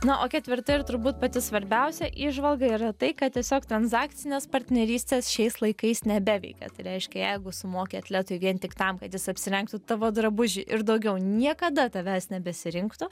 na o ketvirta ir turbūt pati svarbiausia įžvalga yra tai kad tiesiog transakcinės partnerystės šiais laikais nebeveikia tai reiškia jeigu sumoki atletui vien tik tam kad jis apsirengtų tavo drabužį ir daugiau niekada tavęs nebesirinktų